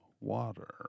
water